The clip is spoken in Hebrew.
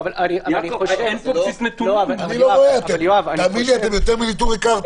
אתם יותר מנטורי קרתא.